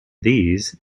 these